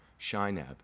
Shinab